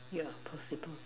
yeah possible